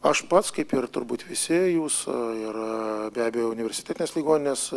aš pats kaip ir turbūt visi jūs ir be abejo universitetinės ligoninės